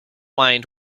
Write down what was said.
mind